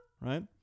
Right